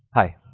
hi,